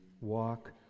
walk